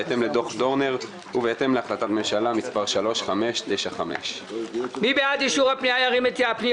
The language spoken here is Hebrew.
בהתאם לדוח דורנר ובהתאם להחלטת ממשלה מס' 3595. מי בעד אישור הפניות,